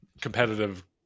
competitive